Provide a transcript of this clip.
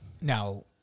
Now